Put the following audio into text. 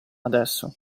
adesso